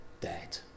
dead